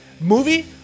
Movie